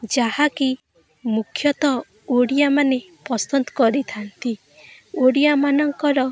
ଯାହାକି ମୁଖ୍ୟତଃ ଓଡ଼ିଆମାନେ ପସନ୍ଦ କରିଥାନ୍ତି ଓଡ଼ିଆମାନଙ୍କର